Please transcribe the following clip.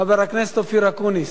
חבר הכנסת אופיר אקוניס.